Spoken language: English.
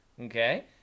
Okay